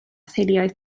theuluoedd